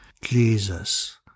Jesus